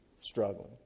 struggling